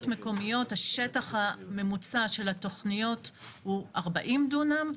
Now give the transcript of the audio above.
מקומיות השטח הממוצע של התכניות הוא 40 דונם,